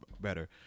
better